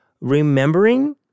Remembering